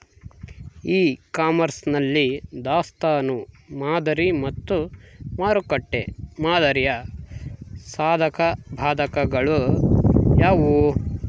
E commerce ನಲ್ಲಿ ದಾಸ್ತನು ಮಾದರಿ ಮತ್ತು ಮಾರುಕಟ್ಟೆ ಮಾದರಿಯ ಸಾಧಕಬಾಧಕಗಳು ಯಾವುವು?